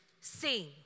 sing